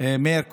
מאיר כהן,